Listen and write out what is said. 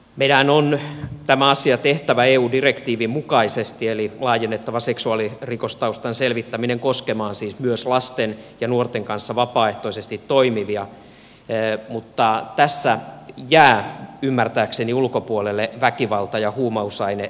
meidänhän on tämä asia tehtävä eu direktiivin mukaisesti eli laajennettava seksuaalirikostaustan selvittäminen koskemaan siis myös lasten ja nuorten kanssa vapaaehtoisesti toimivia mutta tässä jäävät ymmärtääkseni ulkopuolelle väkivalta ja huumausainerikokset